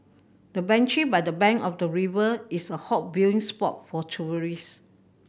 the bench by the bank of the river is a hot viewing spot for tourists